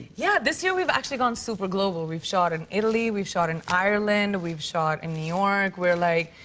yeah, this year, we've actually gone super global. we've shot in italy, we've shot in ireland, we've shot in new york. we're, like,